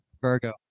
virgo